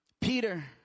Peter